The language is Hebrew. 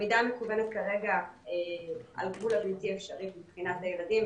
הלמידה המקוונת כרגע על גבול הבלתי אפשרי מבחינת הילדים,